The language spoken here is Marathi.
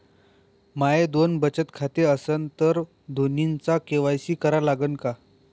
माये दोन बचत खाते असन तर दोन्हीचा के.वाय.सी करा लागन का?